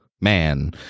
man